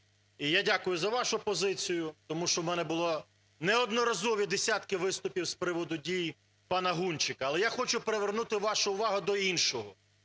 я дякую за вашу позицію, тому що в мене були неодноразові десятки виступів з приводу дій пана Гунчика. Але я хочу привернути вашу увагу до іншого.